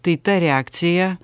tai ta reakcija